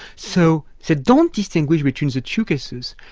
so they don't distinguish between the two cases,